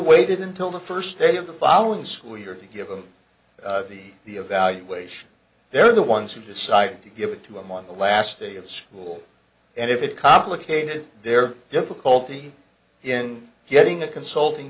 waited until the first day of the following school year to give them the evaluation they're the ones who decided to give it to him on the last day of school and if it complicated their difficulty in getting a consulting